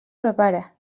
prepara